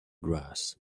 grass